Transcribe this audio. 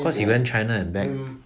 cause he went china and back